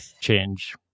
change